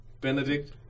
Benedict